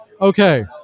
Okay